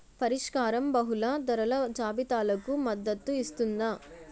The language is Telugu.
పరిష్కారం బహుళ ధరల జాబితాలకు మద్దతు ఇస్తుందా?